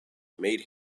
made